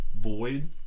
void